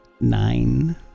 Nine